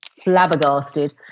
flabbergasted